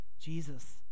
Jesus